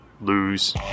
lose